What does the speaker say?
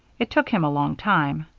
it took him a long time.